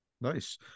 nice